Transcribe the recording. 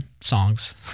songs